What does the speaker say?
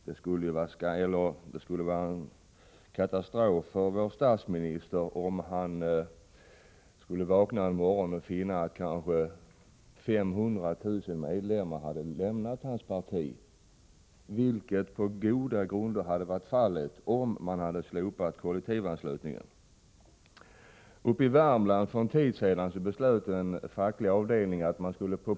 Det skulle vara en katastrof för vår statsminister om han en morgon vaknade och fann att kanske 500 000 medlemmar hade lämnat hans parti — vilket, på goda grunder, hade varit fallet om kollektivanslutningen hade slopats. För en tid sedan beslöt en facklig avdelning i Värmland om en försöksverksamhet.